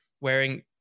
wearing